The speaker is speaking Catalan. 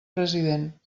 president